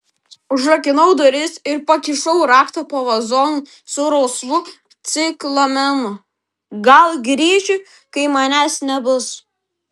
užrakinau duris ir pakišau raktą po vazonu su rausvu ciklamenu gal grįši kai manęs nebus